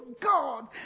God